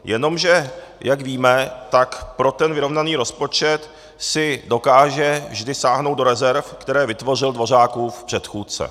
Jenomže jak víme, tak pro ten vyrovnaný rozpočet si dokáže vždy sáhnout do rezerv, které vytvořil Dvořákův předchůdce.